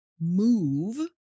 move